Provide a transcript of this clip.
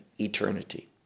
eternity